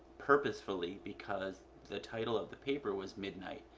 purposefully because the title of the paper was midnight.